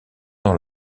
dans